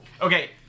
Okay